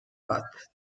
path